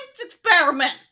experiment